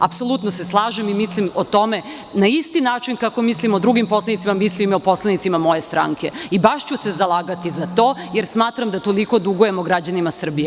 Apsolutno se slažem i mislim o tome na isti način kako mislim o drugim poslanicima, tako i o poslanicima moje stranke i baš ću se zalagati za to, jer mislim da toliko dugujemo građanima Srbije.